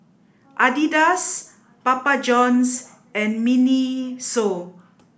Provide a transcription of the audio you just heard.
Adidas Papa Johns and Miniso